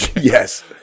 Yes